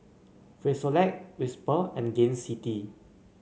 Frisolac Whisper and Gain City